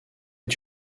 est